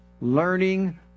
learning